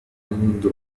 منذ